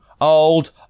old